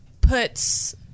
puts